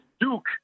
Duke